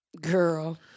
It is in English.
girl